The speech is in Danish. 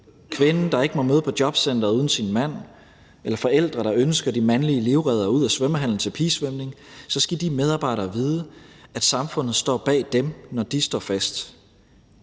kvinden, der ikke må møde på jobcenteret uden sin mand, eller forældre, der ønsker de mandlige livreddere ud af svømmehallen til pigesvømning, så skal de medarbejdere vide, at samfundet står bag dem, når de står fast.